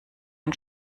ein